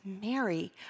Mary